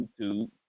YouTube